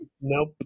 Nope